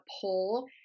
pull